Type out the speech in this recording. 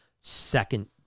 second